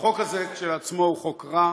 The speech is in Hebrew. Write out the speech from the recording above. החוק הזה כשלעצמו הוא חוק רע,